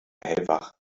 hellwach